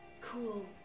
cool